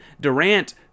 Durant